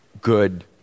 good